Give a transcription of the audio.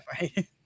right